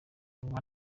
w’uko